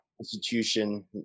institution